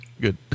good